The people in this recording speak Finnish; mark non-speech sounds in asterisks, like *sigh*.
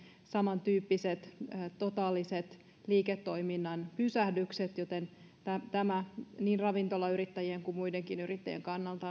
samantyyppiset totaaliset liiketoiminnan pysähdykset joten tämä on niin ravintolayrittäjien kuin muidenkin yrittä jien kannalta *unintelligible*